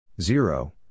Zero